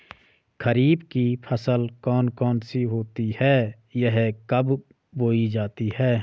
खरीफ की फसल कौन कौन सी होती हैं यह कब बोई जाती हैं?